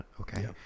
okay